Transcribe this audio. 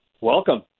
welcome